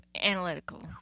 analytical